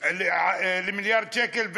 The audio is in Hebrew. למיליארד שקל,